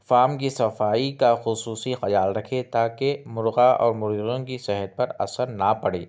form کی صفائی کا خصوصی خیال رکھے تاکہ مرغہ اور مرغیوں کی صحت پر اثر نہ پڑے